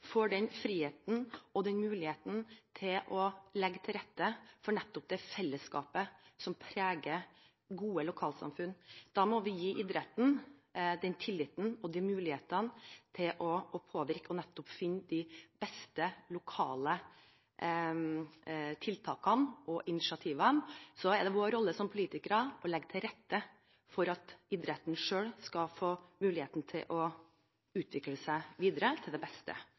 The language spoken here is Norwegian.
får den friheten og muligheten til å legge til rette for nettopp det fellesskapet som preger gode lokalsamfunn. Da må vi gi idretten tillit og mulighet til å påvirke og til å finne de beste lokale tiltakene og initiativene. Så er det vår rolle som politikere å legge til rette for at idretten selv skal få muligheten til å utvikle seg videre – til det beste